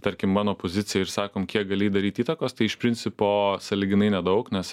tarkim mano poziciją ir sakom kiek gali daryt įtakos tai iš principo sąlyginai nedaug nes